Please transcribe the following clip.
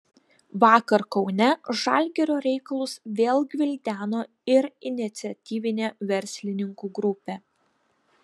vakar kaune žalgirio reikalus vėl gvildeno ir iniciatyvinė verslininkų grupė